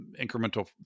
incremental